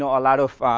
a lot of